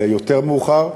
יותר מאוחר,